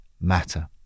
matter